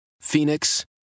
Phoenix